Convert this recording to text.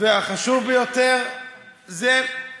החזיק אלף מהן.